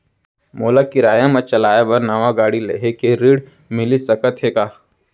मोला किराया मा चलाए बर नवा गाड़ी लेहे के ऋण मिलिस सकत हे का?